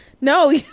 No